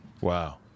Wow